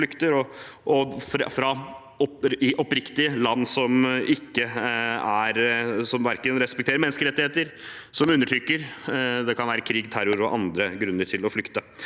som flykter fra land som ikke respekterer menneskerettigheter, og som undertrykker. Det kan også være krig, terror og andre grunner til å flykte.